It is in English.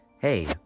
Hey